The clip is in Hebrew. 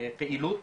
פעילות